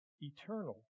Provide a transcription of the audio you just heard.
eternal